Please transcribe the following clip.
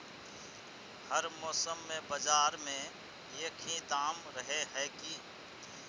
हर मौसम में बाजार में एक ही दाम रहे है की?